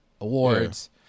awards